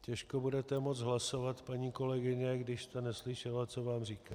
Těžko budete moct hlasovat, paní kolegyně, když jste neslyšela, co vám říkám.